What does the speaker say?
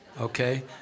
okay